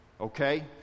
Okay